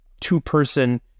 two-person